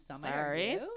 sorry